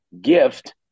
gift